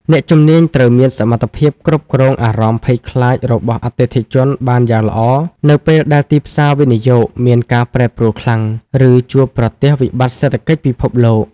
អ្នកជំនាញត្រូវមានសមត្ថភាពគ្រប់គ្រងអារម្មណ៍ភ័យខ្លាចរបស់អតិថិជនបានយ៉ាងល្អ នៅពេលដែលទីផ្សារវិនិយោគមានការប្រែប្រួលខ្លាំង ឬជួបប្រទះវិបត្តិសេដ្ឋកិច្ចពិភពលោក។